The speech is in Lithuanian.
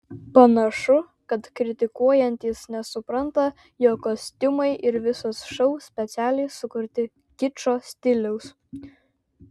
panašu kad kritikuojantys nesupranta jog kostiumai ir visas šou specialiai sukurti kičo stiliaus